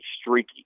streaky